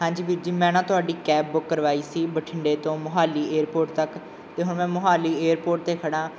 ਹਾਂਜੀ ਵੀਰ ਜੀ ਮੈਂ ਨਾ ਤੁਹਾਡੀ ਕੈਬ ਬੁੱਕ ਕਰਵਾਈ ਸੀ ਬਠਿੰਡੇ ਤੋਂ ਮੋਹਾਲੀ ਏਅਰਪੋਰਟ ਤੱਕ ਅਤੇ ਹੁਣ ਮੈਂ ਮੋਹਾਲੀ ਏਅਰਪੋਰਟ 'ਤੇ ਖੜ੍ਹਾ